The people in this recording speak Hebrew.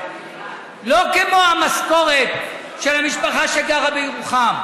לא כמו המשכורת של המשפחה שגרה בירוחם,